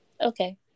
Okay